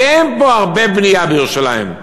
כי אין הרבה בנייה פה בירושלים.